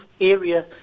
area